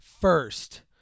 first